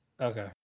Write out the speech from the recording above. okay